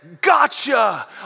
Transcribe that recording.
gotcha